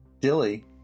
Dilly